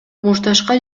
мушташка